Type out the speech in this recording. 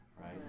right